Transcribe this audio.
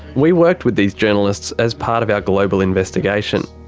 we worked with these journalists as part of our global investigation.